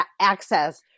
access